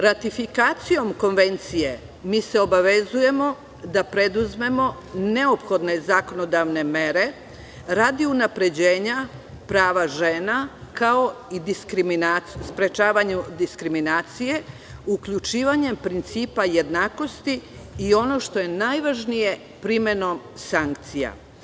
Ratifikacijom Konvencije mi se obavezujemo da preduzmemo neophodne zakonodavne mere radi unapređenja prava žena, kao i sprečavanju diskriminacije uključivanjem principa jednakosti i, ono što je najvažnije, primenom sankcija.